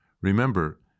Remember